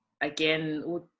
again